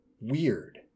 weird